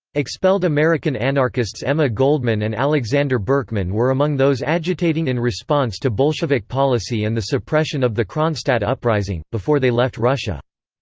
expelled american anarchists emma goldman and alexander berkman were among those agitating in response to bolshevik policy and the suppression of the kronstadt uprising, before they left russia.